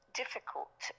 difficult